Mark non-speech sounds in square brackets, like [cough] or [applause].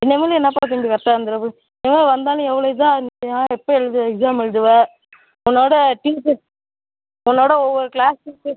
இனிமே நீ என்னப்பா தம்பி கரெக்டாக வந்துடுற இனிமே வந்தாலும் எவ்வளோ இதாக [unintelligible] எப்போ எழுதுவ எக்ஸாம் எழுதுவ உன்னோட டீச்சர்ஸ் உன்னோட ஒவ்வொரு க்ளாஸ் மிஸ்ஸு